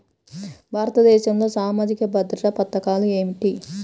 భారతదేశంలో సామాజిక భద్రతా పథకాలు ఏమిటీ?